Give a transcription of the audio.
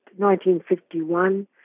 1951